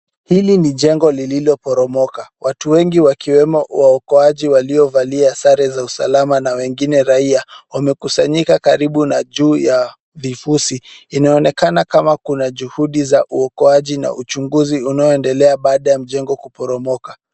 Hili ni jengo lililoporomoka. Watu wengi wakiwemo waokoaji waliovalia sare za usalama na wengine raia, wamekusanyika karibu na juu ya vifusi. Inaonekana kama kuna juhudi za uokoaji na uchunguzi unaoendelea baada ya mjengo kuporomoka.